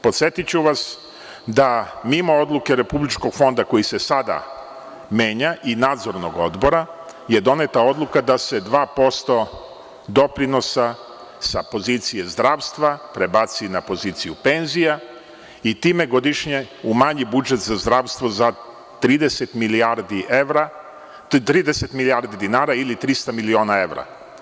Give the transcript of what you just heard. Podsetiću vas da mimo odluke Republičkog fonda koji se sada menja i nadzornog odbora je doneta odluka da se 2% doprinosa sa pozicije zdravstva prebaci na poziciju penzija i time godišnje umanji budžet za zdravstvo za 30 milijardi dinara ili 300 miliona evra.